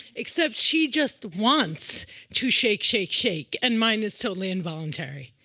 except she just wants to shake, shake, shake, and mine is totally involuntary.